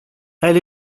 elle